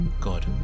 God